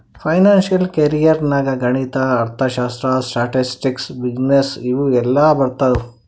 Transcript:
financial career ನಾಗ್ ಗಣಿತ, ಅರ್ಥಶಾಸ್ತ್ರ, ಸ್ಟ್ಯಾಟಿಸ್ಟಿಕ್ಸ್, ಬಿಸಿನ್ನೆಸ್ ಇವು ಎಲ್ಲಾ ಬರ್ತಾವ್